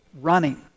running